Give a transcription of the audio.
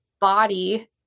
body